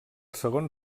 segon